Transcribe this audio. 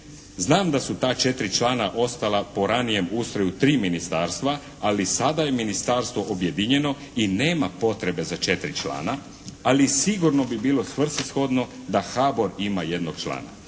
Znam da su ta 4 člana ostala po ranijem ustroju tri ministarstva, ali sada je ministarstvo objedinjeno i nema potrebe za 4 člana, ali sigurno bi bilo svrsishodno da HBOR ima jednog člana.